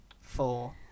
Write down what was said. four